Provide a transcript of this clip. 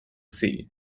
sea